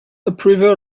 upriver